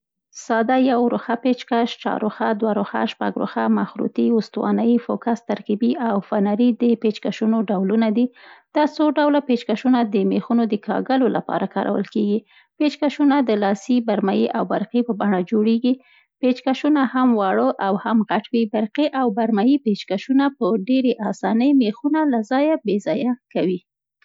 ساده یو رخه پیچ کش، چهاررخه، دوه رخه، شپږ رخه، مخروطي، استواني، فوکس، ترکیبي او فنري د پیچ کشونو ډولونه دي. دا څو ډوله پیچ کشونه د میخونو د کاږلو لپاره کارول کېږي. پیچ کشونه د لاسي، برمي او برقي په بڼه جوړیږي. پیچ کشونه هم واړه او هم غټ وي، برقي او برمي پیچ کشونه په دېرې اسانۍ میخ له ځای بې ځایه کوي.